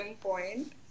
point